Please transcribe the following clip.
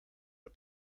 the